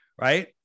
Right